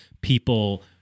people